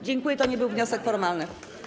Dziękuję, to nie był wniosek formalny.